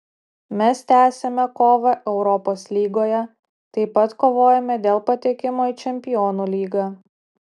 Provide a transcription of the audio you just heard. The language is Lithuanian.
mes tęsiame kovą europos lygoje taip pat kovojame dėl patekimo į čempionų lygą